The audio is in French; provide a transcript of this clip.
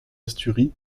asturies